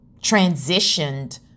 transitioned